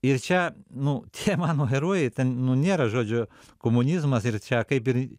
ir čia nu tie mano herojai ten nu nėra žodžio komunizmas ir čia kaip ir